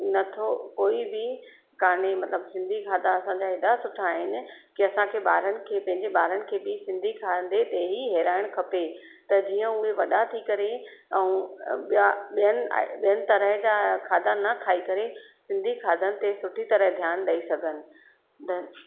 नथो कोई बि कोन्हे मतिलबु सिंधी खाधा असांजा हेॾा सुठा आहिनि की असांखे ॿारनि खे पंहिंजे ॿारनि खे बि सिंधी खाधे ते ई हीरायण खपे त जीअं उहे वॾा थी करे ऐं ॿिया ॿियनि आए ॿियनि तरह जा खाधा न खाई करे सिंधी खाधनि ते सुठी तरह ध्यानु ॾेई सघनि